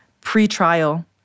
pre-trial